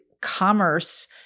commerce